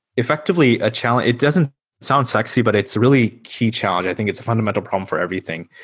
effectively a challenge. it doesn't sound sexy, but it's really key challenge. i think it's a fundamental problem for everything.